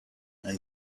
and